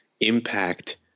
impact